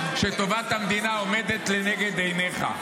שטובת המדינה עומדת לנגד עיניך.